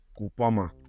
Kupama